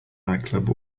nightclub